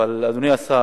אדוני השר,